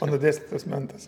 mano dėstytojas mentas